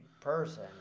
person